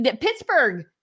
Pittsburgh